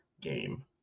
game